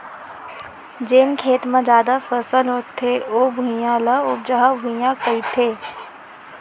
जेन खेत म जादा फसल होथे ओ भुइयां, ल उपजहा भुइयां कथें